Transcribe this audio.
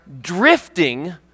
drifting